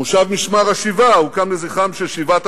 מושב משמר-השבעה הוקם לזכרם של שבעת